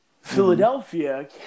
Philadelphia